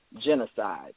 genocide